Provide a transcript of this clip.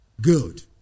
Good